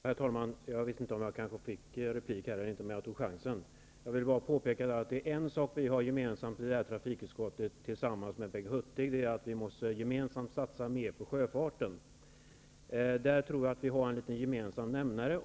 Herr talman! Jag vet inte om jag kan få någon replik om jag inte tar chansen nu. Jag vill bara påpeka att det är en sak som vi har gemensamt i trafikutskottet med Vänsterpartiet. Vi tycker båda att vi måste satsa mer på sjöfarten. Där har vi en gemensam nämnare.